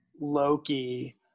Loki